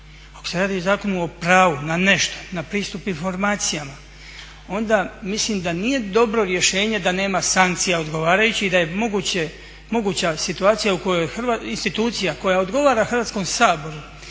Ako se radi o zakonu o pravo na nešto, na pristup informacijama onda mislim da nije dobro rješenje da nema sankcija odgovarajućih i da je moguća situacija u kojoj institucija koja odgovara Hrvatskom saboru